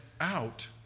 out